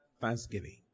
Thanksgiving